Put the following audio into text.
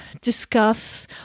discuss